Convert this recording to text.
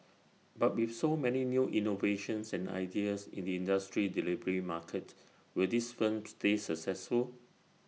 but with so many new innovations and ideas in the industry delivery market will these firms stay successful